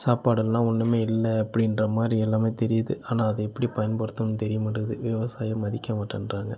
சாப்பாடெலாம் ஒன்றுமே இல்லை அப்படின்றமாதிரி எல்லாமே தெரியுது ஆனால் அது எப்படி பயன்படுத்தணுன்னு தெரியமாட்டேங்குது விவசாயியை மதிக்கமாட்டேன்கிறாங்க